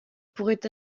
pourrait